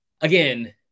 again